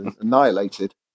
annihilated